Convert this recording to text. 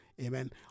amen